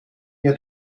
mir